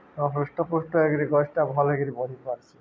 ହୃଷ୍ଟପୃଷ୍ଟ ହେଇକରି ଗଛ୍ଟା ବଢ଼ିପାର୍ସି